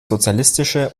sozialistische